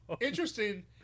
interesting